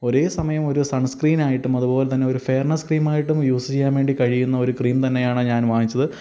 ഒരേസമയം ഒരു സണ്സ്ക്രീനായിട്ടും അതുപോലെതന്നെ ഒരു ഫെയര്നസ് ക്രീമായിട്ടും യൂസ് ചെയ്യാൻ വേണ്ടി കഴിയുന്ന ഒരു ക്രീം തന്നെയാണ് ഞാന് വാങ്ങിച്ചത്